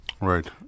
Right